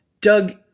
Doug